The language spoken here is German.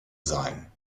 sein